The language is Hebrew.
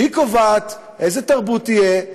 שהיא קובעת איזו תרבות תהיה,